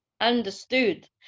understood